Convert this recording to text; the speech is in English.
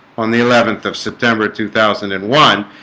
on the eleventh of september two thousand and one